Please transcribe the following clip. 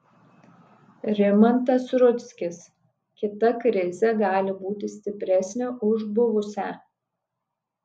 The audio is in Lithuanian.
rimantas rudzkis kita krizė gali būti stipresnė už buvusią